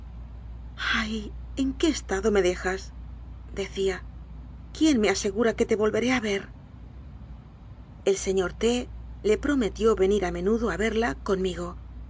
ay en qué estado me de jas decía quién me asegura que te volveré a ver el señor t le prometió venir a menu do a verla conmigo